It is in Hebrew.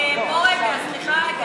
סליחה,